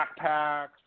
backpacks